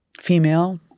female